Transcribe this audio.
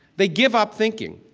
they give up thinking,